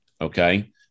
okay